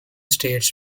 states